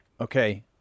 okay